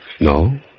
No